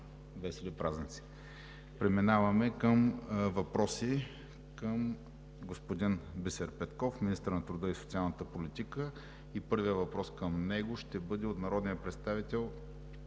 Весели празници! Преминаваме към въпроси към господин Бисер Петков – министър на труда и социалната политика. Първият въпрос към него ще бъде от народния представител